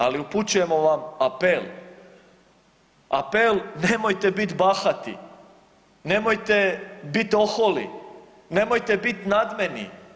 Ali upućujemo vam apel, apel nemojte bit bahati, nemojte bit oholi, nemojte bit nadmeni.